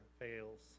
fails